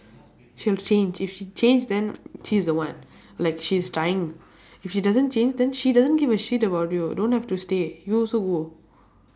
she'll change if she change then she's the one like she's trying if she doesn't change then she doesn't give a shit about you don't have to stay you also go